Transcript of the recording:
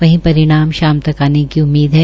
वही रिणाम शाम तक आने की उम्मीद है